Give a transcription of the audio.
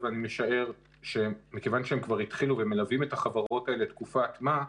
אבל אני משער שמכיוון שהם כבר התחילו ומלווים את החברות האלה תקופת מה,